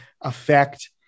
affect